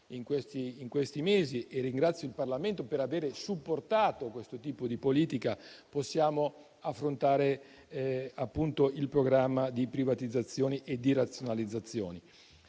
ultimi mesi - ringrazio il Parlamento per aver supportato questo tipo di politica - possiamo affrontare il programma di privatizzazioni e di razionalizzazioni.